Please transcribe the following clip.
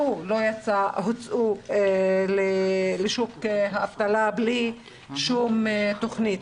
הוצא לשוק האבטלה ללא כל תוכנית.